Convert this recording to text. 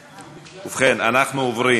ובכן, אנחנו עוברים